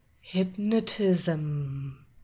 Hypnotism